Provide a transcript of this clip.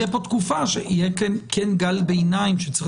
תהיה כאן תקופה שכן יהיה גל ביניים שצריך